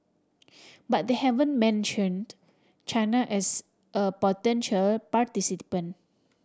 but they haven't mentioned China as a potential participant